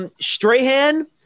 Strahan